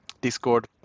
Discord